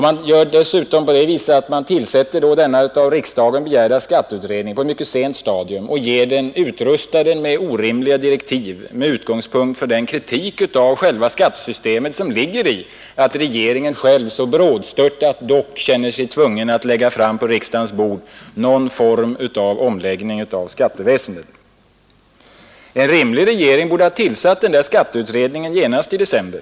Man gör dessutom på det sättet att man tillsätter den av riksdagen begärda skatteutredningen på ett sent stadium och utrustar den med direktiv som är orimliga med tanke på den kritik av skattesystemet som ligger i att regeringen själv så brådstörtat dock känner sig tvungen att på riksdagens bord presentera någon form av omläggning av skatteväsendet. Det hade varit rimligt om regeringen hade tillsatt en skatteutredning genast i december.